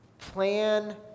plan